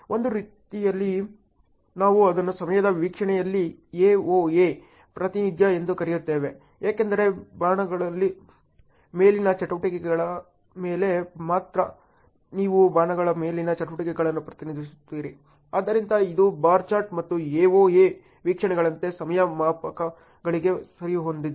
ಒಂದು ರೀತಿಯಲ್ಲಿ ನಾವು ಅದನ್ನು ಸಮಯದ ವೀಕ್ಷಣೆಯಲ್ಲಿ AoA ಪ್ರಾತಿನಿಧ್ಯ ಎಂದು ಕರೆಯುತ್ತೇವೆ ಏಕೆಂದರೆ ಬಾಣಗಳ ಮೇಲಿನ ಚಟುವಟಿಕೆಯ ಮೇಲೆ ಮಾತ್ರ ನೀವು ಬಾಣಗಳ ಮೇಲಿನ ಚಟುವಟಿಕೆಗಳನ್ನು ಪ್ರತಿನಿಧಿಸುತ್ತೀರಿ ಆದ್ದರಿಂದ ಇದು ಬಾರ್ ಚಾರ್ಟ್ ಮತ್ತು AoA ವೀಕ್ಷಣೆಗಳಂತೆ ಸಮಯ ಮಾಪಕಗಳಿಗೆ ಸರಿಹೊಂದುತ್ತದೆ